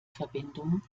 verbindung